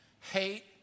hate